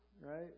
right